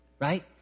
right